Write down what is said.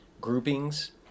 groupings